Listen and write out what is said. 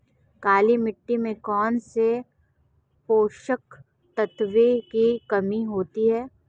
काली मिट्टी में कौनसे पोषक तत्वों की कमी होती है?